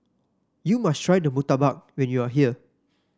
you must try murtabak when you are here